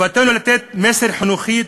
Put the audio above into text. חובתנו לתת מסר חינוכי,